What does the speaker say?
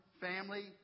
family